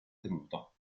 temuto